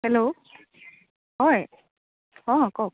hello হয় অঁ কওক